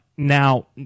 Now